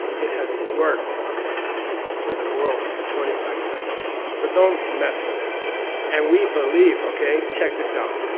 it has worked for the world for twenty five centuries, so don't mess with it and we believe, okay check this out.